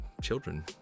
children